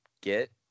get